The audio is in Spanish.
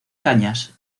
cañas